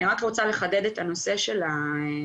אני רק רוצה לחדד את הנושא של האכיפה,